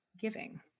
giving